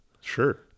Sure